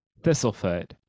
Thistlefoot